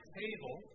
table